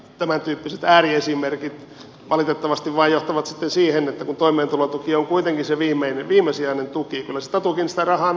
tämäntyyppiset ääriesimerkit valitettavasti vain johtavat sitten siihen että kun toimeentulotuki on kuitenkin se viimesijainen tuki kyllä se tatukin sitä rahaa nyt väistämättä tarvitsee